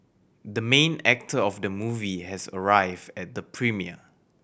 the main actor of the movie has arrived at the premiere